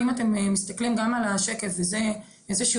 אם אתם מסתכלים גם על השקף וזה איזשהו